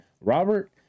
Robert